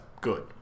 good